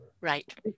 right